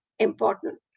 important